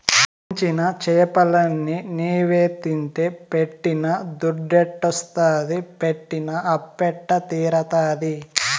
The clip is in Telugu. పెంచిన చేపలన్ని నీవే తింటే పెట్టిన దుద్దెట్టొస్తాది పెట్టిన అప్పెట్ట తీరతాది